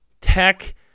Tech